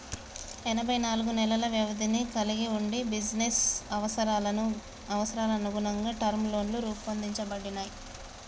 ఎనబై నాలుగు నెలల వ్యవధిని కలిగి వుండి బిజినెస్ అవసరాలకనుగుణంగా టర్మ్ లోన్లు రూపొందించబడినయ్